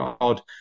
out